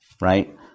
right